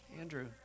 Andrew